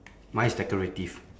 mine is decorative